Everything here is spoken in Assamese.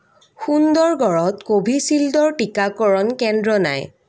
সুন্দৰগড়ত কোভিচিল্ডৰ টীকাকৰণ কেন্দ্ৰ নাই